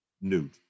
Newt